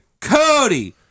Cody